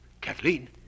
kathleen